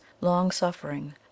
long-suffering